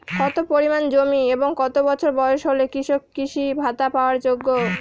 কত পরিমাণ জমি এবং কত বছর বয়স হলে কৃষক কৃষি ভাতা পাওয়ার যোগ্য?